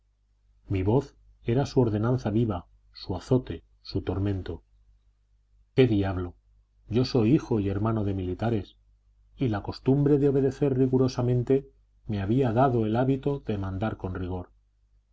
mi voz era su ordenanza viva su azote su tormento qué diablo yo soy hijo y hermano de militares y la costumbre de obedecer rigurosamente me había dado el hábito de mandar con rigor